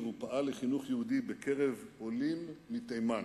הוא פעל לחינוך יהודי בקרב עולים מתימן.